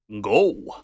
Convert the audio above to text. go